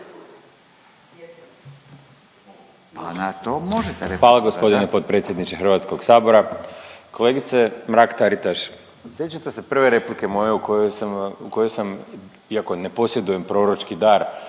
Bojan (Nezavisni)** Hvala gospodine potpredsjedniče Hrvatskog sabora. Kolegice Mrak Taritaš sjećate se prve replike moje u kojoj sam vam, u kojoj sam iako ne posjedujem proročki dar